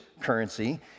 currency